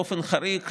באופן חריג,